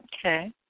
Okay